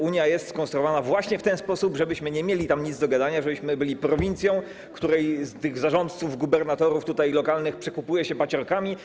Unia jest skonstruowana właśnie w ten sposób, żebyśmy nie mieli tam nic do gadania, żebyśmy byli prowincją, której zarządców, gubernatorów lokalnych przekupuje się paciorkami.